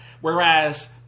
Whereas